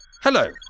Hello